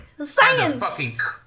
science